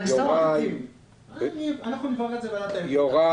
אנחנו נברר את זה בוועדת האתיקה.